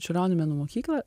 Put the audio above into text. čiurlionio menų mokyklą